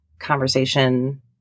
Conversation